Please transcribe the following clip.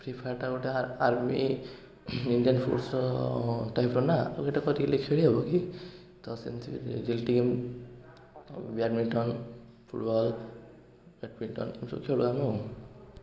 ଫ୍ରିଫାୟାରଟା ଗୋଟେ ଆ army Indian sports ଟାଇପର ନା ଆଉ ସେଇଟା କରିକି ଖେଳି ହେବକି ତ ସେମିତି ରିଆଲିଟି ଗେମ୍ ଆଉ ବ୍ୟାଡ଼ମିଟନ୍ ଫୁଟବଲ୍ ବ୍ୟାଟମିଟନ୍ ଏମିତି ସବୁ ଖେଳୁ ଆମେ ଆଉ